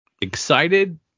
excited